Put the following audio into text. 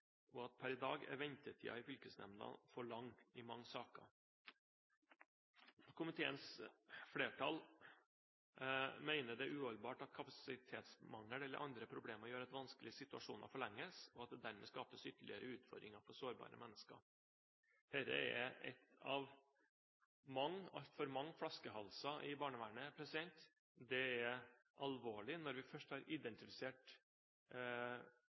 og at per i dag er ventetiden i fylkesnemndene for lang i mange saker. Komiteens flertall mener det er uholdbart at kapasitetsmangel eller andre problemer gjør at vanskelige situasjoner forlenges, og at det dermed skapes ytterligere utfordringer for sårbare mennesker. Dette er en av altfor mange flaskehalser i barnevernet. Det er alvorlig når vi først har identifisert